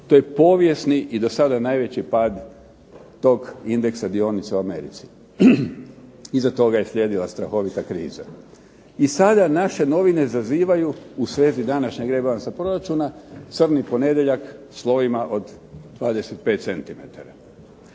To je povijesni i do sada najveći pad tog indeksa dionica u Americi. Iza toga je slijedila strahovita kriza. I sada naše novine zazivaju u svezi današnjeg rebalansa proračuna crni ponedjeljak slovima od 25 centimetara.